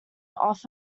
off